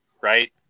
Right